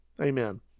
Amen